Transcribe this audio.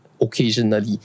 occasionally